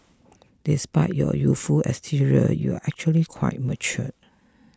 despite your youthful exterior you're actually quite mature